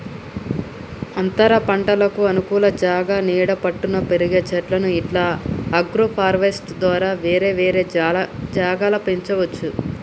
అంతరపంటలకు అనుకూల జాగా నీడ పట్టున పెరిగే చెట్లు ఇట్లా అగ్రోఫారెస్ట్య్ ద్వారా వేరే వేరే జాగల పెంచవచ్చు